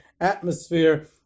atmosphere